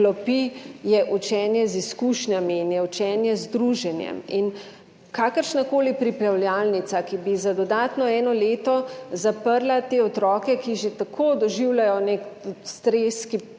učenje z izkušnjami in učenje z druženjem. Kakršnakoli pripravljalnica, ki bi za dodatno eno leto zaprla te otroke, ki že tako doživljajo nek stres,